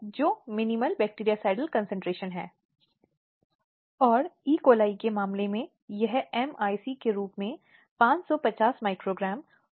तो इसलिए अदालत ने स्पष्ट किया है कि भले ही एक महिला वेश्या हो उसे ना कहने का अधिकार है